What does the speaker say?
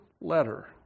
letter